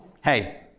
Hey